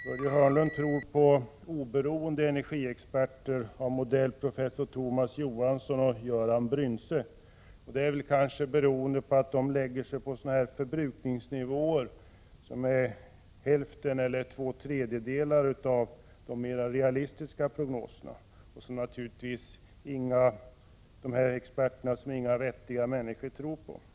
Börje Hörnlund tror på oberoende energiexperter av modell Thomas B. Johansson och Göran Bryntze. Det kanske beror på att de i sina prognoser anger förbrukningsnivåer motsvarande hälften eller två tredjedelar av förbrukningen enligt de mera realistiska prognoserna. De är experter som ingen vettig människa tror på.